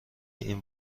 این